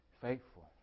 faithful